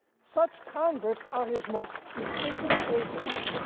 such converts are his most efficient agents.